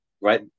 right